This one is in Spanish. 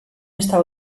esta